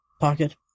pocket